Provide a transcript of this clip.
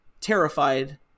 terrified